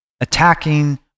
attacking